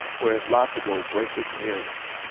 wears lots of gold bracelets and earrings.